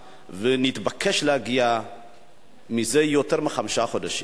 והתבקש להגיע זה יותר מחמישה חודשים.